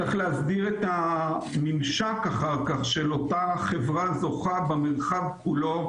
צריך להסדיר את הממשק של אותה חברה זוכה במרחב כולו,